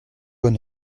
bon